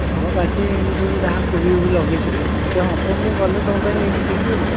ହଁ ବାକି ଏମିତି ସବୁ ଯାହା କୋବିଫୋବି ଲଗେଇଥିଲି ଯଦି ହବ ମୁଁ ଗଲେ ତୁମପାଇଁ ନେଇକି ଯିବି ଆଉ